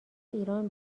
ایران